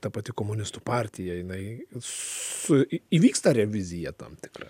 ta pati komunistų partija jinai su įvyksta revizija tam tikra